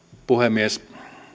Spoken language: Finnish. puhemies